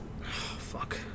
Fuck